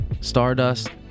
Stardust